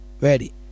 Ready